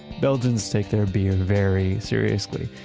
belgians take their beer very seriously.